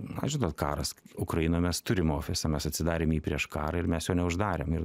na žinot karas ukrainoj mes turim ofisą mes atsidarėm jį prieš karą ir mes jo neuždarėm ir